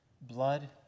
Blood